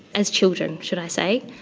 as children, should i say.